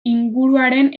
inguruaren